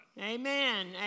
Amen